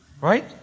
Right